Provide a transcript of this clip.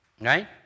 Right